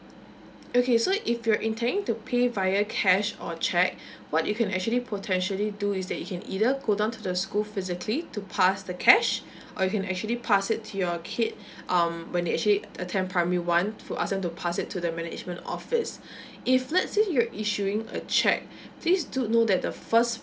okay so if you're intending to pay via cash or cheque what you can actually potentially do is that you can either go down to the school physically to pass the cash or you can actually pass it to your kid um when they actually attend primary one to ask them to pass it to the management office if let's say your issuing a cheque please do note that the first